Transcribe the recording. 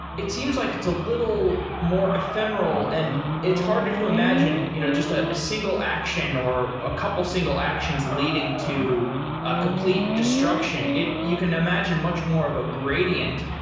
it seems like it's a little more ephemeral and it's hard to to imagine you know just a a single action or a couple single actions leading to a complete destruction. you can imagine much more of a gradient,